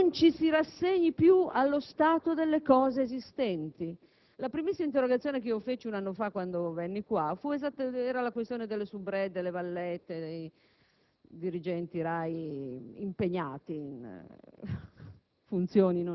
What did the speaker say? affinché non ci si rassegni più allo stato delle cose esistenti. La primissima interrogazione che presentai in Senato un anno fa riguardava la questione delle *soubrette*, delle vallette, dei dirigenti RAI impegnati in